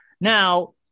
Now